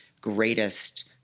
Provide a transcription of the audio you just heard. greatest